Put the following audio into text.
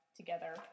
together